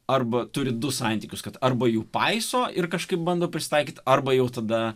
arba turi du santykius kad arba jų paiso ir kažkaip bando prisitaikyti arba jau tada